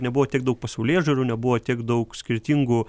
nebuvo tiek daug pasaulėžiūrų nebuvo tiek daug skirtingų